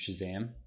Shazam